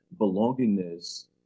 belongingness